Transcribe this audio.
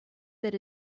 that